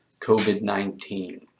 COVID-19